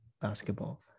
basketball